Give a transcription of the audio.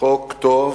חוק טוב,